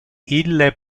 ille